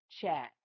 chat